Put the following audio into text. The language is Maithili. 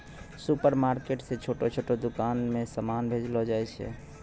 सुपरमार्केट से छोटो छोटो दुकान मे समान भेजलो जाय छै